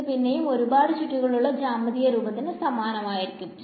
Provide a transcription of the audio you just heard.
ഇത് പിന്നെയും ആ ഒരുപാട് ചുറ്റുകൾ ഉള്ള ജ്യാമീതീയ രൂപത്തിന് സമാനമായിരിക്കും